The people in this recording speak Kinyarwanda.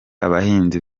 abahinzi